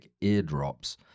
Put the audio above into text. eardrops